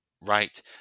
right